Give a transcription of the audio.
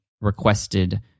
requested